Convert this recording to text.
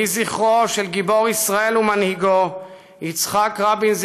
יהי זכרו של גיבור ישראל ומנהיגו יצחק רבין,